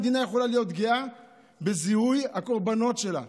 המדינה יכולה להיות גאה בזיהוי הקורבנות שלה.